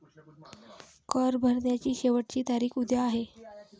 कर भरण्याची शेवटची तारीख उद्या आहे